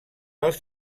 als